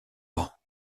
pas